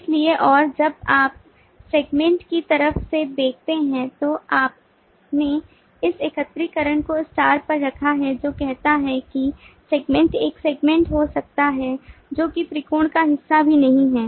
इसलिए और जब आप सेगमेंट की तरफ से देखते हैं तो आपने इस एकत्रीकरण को स्टार पर रखा है जो कहता है कि सेगमेंट एक सेगमेंट हो सकता है जो कि त्रिकोण का हिस्सा भी नहीं है